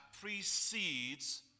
precedes